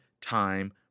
time